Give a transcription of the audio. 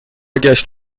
گشت